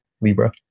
Libra